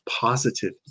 positive